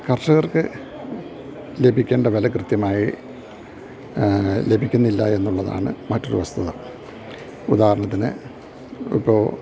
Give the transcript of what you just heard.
കർഷകർക്ക് ലഭിക്കേണ്ട വില കൃത്യമായി ലഭിക്കുന്നില്ല എന്നുള്ളതാണ് മറ്റൊരു വസ്തുത ഉദാഹരണത്തിന് ഇപ്പോൾ